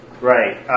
right